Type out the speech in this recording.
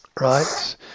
right